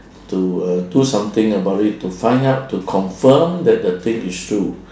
to uh do something about it to find out to confirm that the thing is true